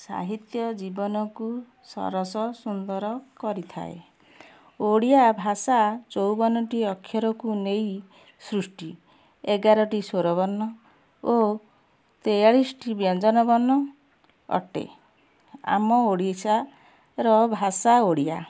ସାହିତ୍ୟ ଜୀବନକୁ ସରସ ସୁନ୍ଦର କରିଥାଏ ଓଡ଼ିଆ ଭାଷା ଚଉବନଟି ଅକ୍ଷରକୁ ନେଇ ସୃଷ୍ଟି ଏଗାରଟି ସ୍ୱର ବର୍ଣ୍ଣ ଓ ତେଆଳିଶିଟି ବ୍ୟଞ୍ଜନ ବର୍ଣ୍ଣ ଅଟେ ଆମ ଓଡ଼ିଶାର ଭାଷା ଓଡ଼ିଆ